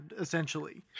essentially